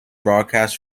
broadcasts